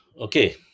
Okay